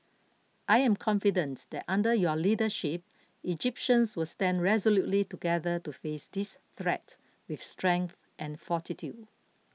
I am confident that under your leadership Egyptians will stand resolutely together to face this threat with strength and fortitude